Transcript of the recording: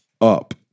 up